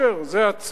זה הצדק?